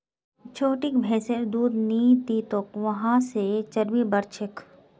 छोटिक भैंसिर दूध नी दी तोक वहा से चर्बी बढ़ छेक